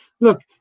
Look